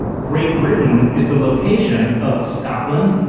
great britain is the location of scotland,